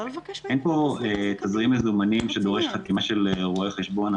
אין פה תזרים מזומנים שדורש חתימה של רואה חשבון,